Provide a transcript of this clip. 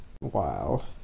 Wow